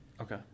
okay